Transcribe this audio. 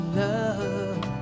love